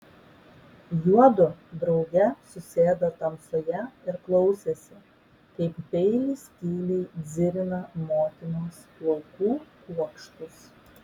juodu drauge susėdo tamsoje ir klausėsi kaip peilis tyliai dzirina motinos plaukų kuokštus